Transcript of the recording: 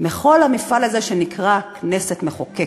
מכל המפעל הזה שנקרא כנסת מחוקקת.